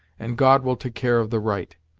and god will take care of the right!